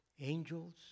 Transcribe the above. angels